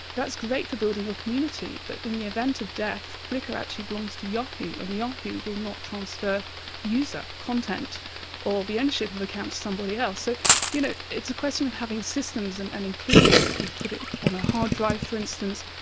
that's great for building your community, but in the event of death, flickr actually belongs to yahoo, and yahoo will not transfer user content or the ownership of an account to somebody else. so you know it's a question of having systems and and including, if you put it on a hard drive, for instance,